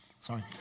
Sorry